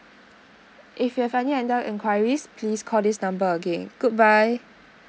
if you have any other enquiries please call this number again good bye